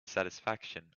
satisfaction